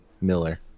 Miller